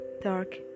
dark